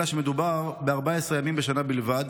אלא שמדובר ב-14 ימים בשנה בלבד,